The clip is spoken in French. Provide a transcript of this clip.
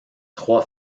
trois